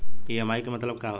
EMI के मतलब का होला?